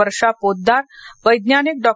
वर्षा पोतदार वैज्ञानिक डॉ